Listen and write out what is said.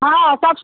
हाँ सब